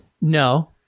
No